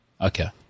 Okay